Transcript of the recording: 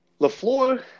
LaFleur –